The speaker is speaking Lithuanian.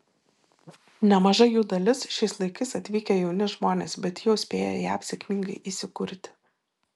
nemaža jų dalis šiais laikais atvykę jauni žmonės bet jau spėję jav sėkmingai įsikurti